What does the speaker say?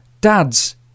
Dad's